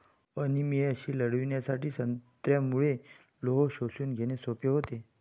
अनिमियाशी लढण्यासाठी संत्र्यामुळे लोह शोषून घेणे सोपे होते